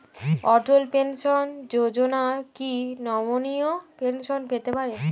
অটল pension Yojana কি নমনীয় পেনশন পেতে পারে?